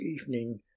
evening